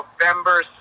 November